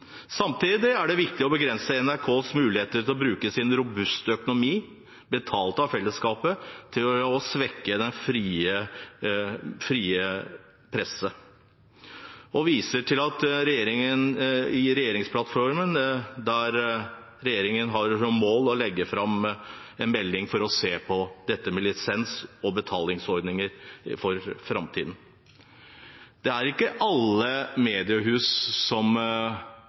Samtidig er det viktig å begrense NRKs muligheter til å bruke sin robuste økonomi betalt av fellesskapet til å svekke den frie presse, og jeg viser til at regjeringen i regjeringsplattformen har som mål å legge fram en melding for å se på lisens og betalingsordninger for framtiden. Det er ikke alle mediehus som